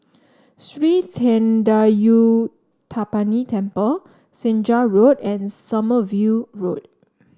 Sri Thendayuthapani Temple Senja Road and Sommerville Road